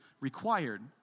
required